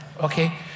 Okay